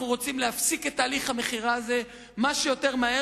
אנחנו רוצים להפסיק את תהליך המכירה הזה כמה שיותר מהר.